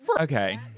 Okay